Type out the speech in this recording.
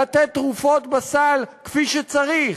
לתת תרופות בסל כפי שצריך,